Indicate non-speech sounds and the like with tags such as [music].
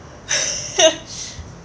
[laughs]